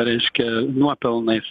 reiškia nuopelnais